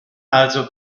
also